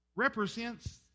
Represents